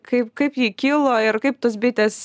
kaip kaip ji kilo ir kaip tos bitės